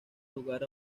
lugar